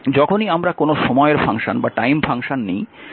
যখনই আমরা কোনও সময়ের ফাংশন নিই যেমন আমরা এখানে নিয়েছি